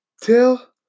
till